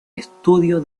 estudio